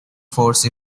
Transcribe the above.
force